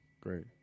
Great